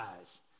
eyes